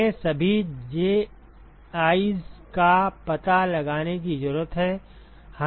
हमें सभी Ji's का पता लगाने की जरूरत है